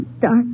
dark